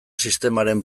sistemaren